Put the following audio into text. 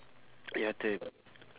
your turn